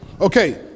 Okay